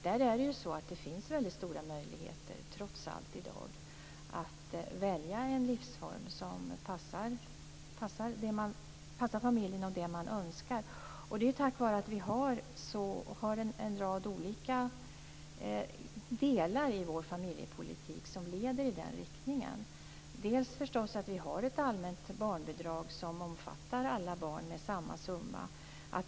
Det finns, trots allt, stora möjligheter i dag att välja en livsform som passar familjens önskemål, tack vare att det finns en rad olika delar i vår familjepolitik som leder i den riktningen. Vi har ett allmänt barnbidrag som omfattar alla barn med samma summa.